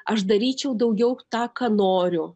aš daryčiau daugiau tą ką noriu